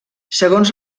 segons